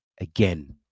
Again